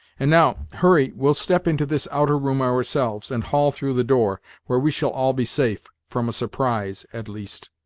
and now, hurry, we'll step into this outer room ourselves, and haul through the door, where we shall all be safe, from a surprise, at least.